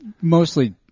mostly